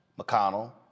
McConnell